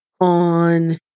on